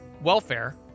welfare